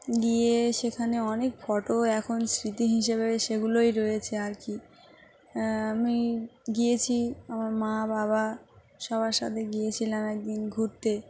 গিয়ে সেখানে অনেক ফটো এখন স্মৃতি হিসেবে সেগুলোই রয়েছে আর কি আমি গিয়েছি আমার মা বাবা সবার সাথে গিয়েছিলাম একদিন ঘুরতে